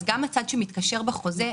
גם הצד שמתקשר בחוזה,